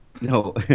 No